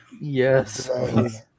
Yes